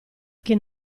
che